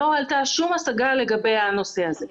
ולא הועלתה שום השגה לגבי הנושא הזה.